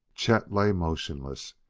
chet lay motionless.